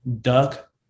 duck